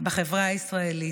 בחברה הישראלית.